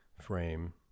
frame